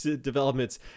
developments